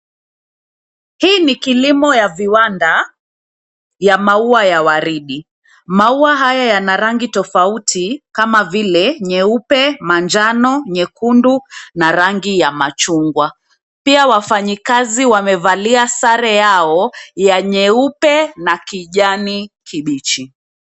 Hii ni kilimo ya viwanda, ya maua ya waridi. Maua haya yana rangi tofauti, kama vile nyeupe, manjano, nyekundu, na rangi ya machungwa. Pia wafanyikazi wamevalia sare yao, ya nyeupe na kijani kibichi.